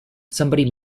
somebody